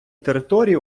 території